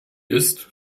ist